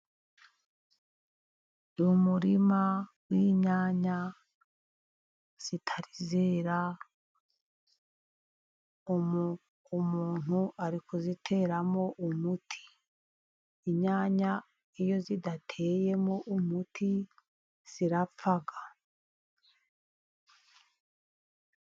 Ni umurima w'inyanya zitari zera, umuntu ari kuziteramo umuti. Inyanya iyo zidateyemo umuti zirapfa.